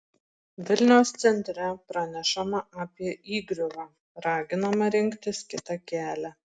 vilniaus centre pranešama apie įgriuvą raginama rinktis kitą kelią